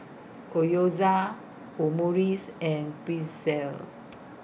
Gyoza Omurice and Pretzel